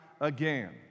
again